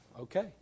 okay